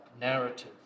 narrative